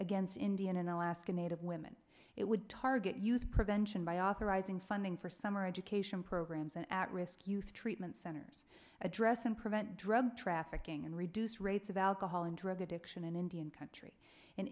against indian and alaska native women it would target youth prevention by authorizing funding for summer education programs in at risk youth treatment centers address and prevent drug trafficking and reduce rates of alcohol and drug addiction in indian country an